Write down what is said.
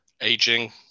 aging